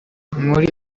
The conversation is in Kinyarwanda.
muri